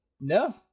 no